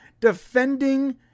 defending